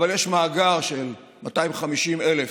אבל יש מאגר של 250,000 מבחנות,